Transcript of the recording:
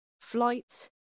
Flight